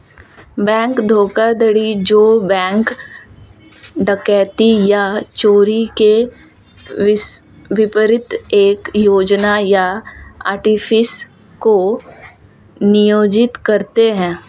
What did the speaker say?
bank धोखाधड़ी जो बैंक डकैती या चोरी के विपरीत एक योजना या आर्टिफिस को नियोजित करते हैं